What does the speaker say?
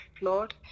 lord